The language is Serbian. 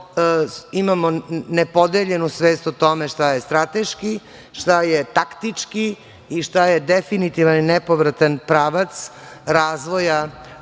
imamo nepodeljenu svest o tome šta je strateški, šta je taktički i šta je definitivan i nepovratan pravac razvoja